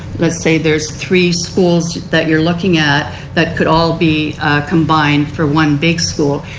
let's say there is three schools that you're looking at that could all be combined for one big school.